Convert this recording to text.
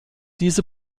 diese